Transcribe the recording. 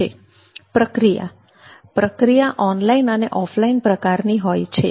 પ્રક્રિયા પ્રક્રિયા ઓનલાઇન અને ઓફલાઇન પ્રકારની હોય છે